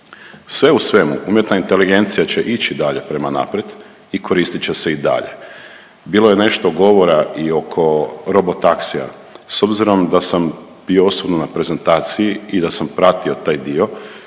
Sve u svemu umjetna inteligencija će ići dalje prema naprijed i koristit će se i dalje. Bilo je nešto govora i oko robotaxia, s obzirom da sam bio sobno na prezentaciji i da sam pratio taj dio,